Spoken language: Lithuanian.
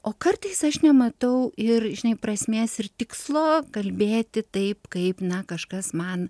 o kartais aš nematau ir žinai prasmės ir tikslo kalbėti taip kaip na kažkas man